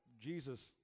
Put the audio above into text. Jesus